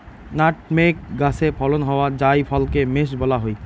nutmeg গাছে ফলন হওয়া জায়ফলকে মেস বলা হই